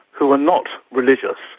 who are not religious,